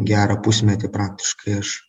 gerą pusmetį praktiškai aš